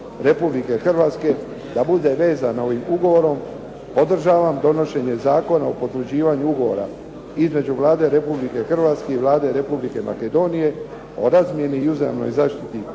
Republike Hrvatske da bude vezana ovim ugovorom, podržavam donošenje Zakona o potvrđivanju Ugovora između Vlade Republike Hrvatske i Vlade Republike Makedonije o razmjeni i uzajamnoj zaštiti